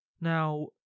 Now